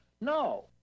no